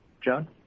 John